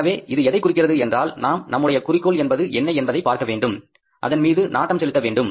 எனவே இது எதைக் குறிக்கிறது என்றால் நாம் நம்முடைய குறிக்கோள் என்பது என்ன என்பதை பார்க்க வேண்டும் அதன் மீது நாட்டம் செலுத்த வேண்டும்